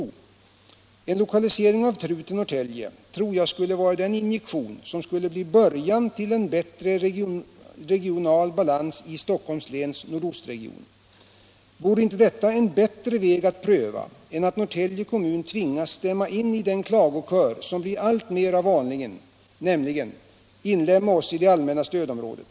En — Nr 41 lokalisering av TRU till Norrtälje tror jag skulle vara den injektion som Onsdagen den skulle bli början till en bättre regional balans för Stockholms läns nord 8 december 1976 ostregion. Vore inte detta en bättre väg att pröva än att Norrtälje kommun — tvingas stämma in i den klagokör som blir alltmera vanlig, nämligen: - Radio och television Inlemma oss i det allmänna stödområdet.